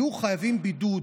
יהיו חייבים בידוד.